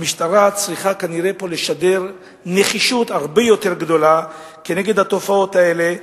שהמשטרה כנראה צריכה לשדר פה נחישות הרבה יותר גדולה כנגד התופעות האלה,